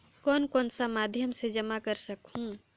कौन कौन सा माध्यम से जमा कर सखहू?